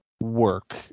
work